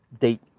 date